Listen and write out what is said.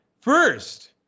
First